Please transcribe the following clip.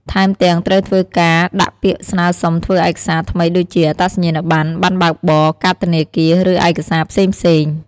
ថែមទាំង ត្រូវធ្វើការដាក់ពាក្យស្នើសុំធ្វើឯកសារថ្មីដូចជា អត្តសញ្ញាណប័ណ្ណ ប័ណ្ណបើកបរ កាតធនាគារ ឬឯកសារផ្សេងៗ។